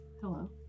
Hello